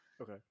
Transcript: okay